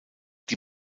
die